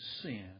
sin